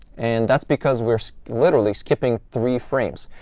and that's because we're literally skipping three frames.